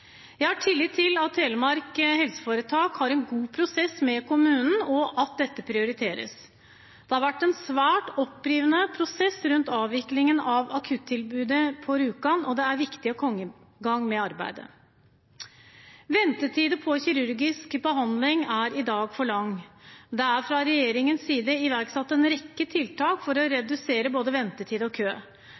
Jeg har tillit til at Sykehuset Telemark helseforetak har en god prosess med kommunen, og at dette prioriteres. Det har vært en svært opprivende prosess rundt avviklingen av akuttilbudet på Rjukan, og det er viktig å komme i gang med arbeidet. Ventetiden for kirurgisk behandling er i dag for lang. Det er fra regjeringens side iverksatt en rekke tiltak for å redusere både ventetid og kø,